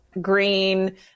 green